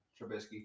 Trubisky